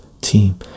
team